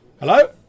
Hello